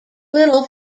little